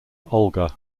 olga